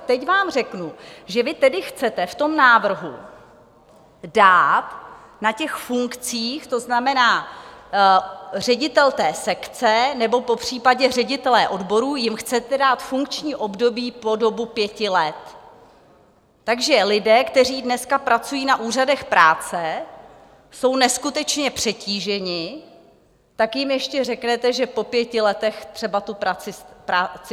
Teď vám řeknu, že vy tedy chcete v tom návrhu dát na těch funkcích, to znamená ředitelům sekce nebo popřípadě ředitelům odborů, funkční období po dobu pěti let, Takže lidé, kteří dneska pracují na úřadech práce, jsou neskutečně přetíženi, tak jim ještě řeknete, že po pěti letech třeba tu práci ztratí.